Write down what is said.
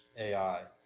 ai.